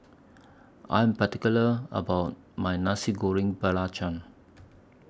I Am particular about My Nasi Goreng Belacan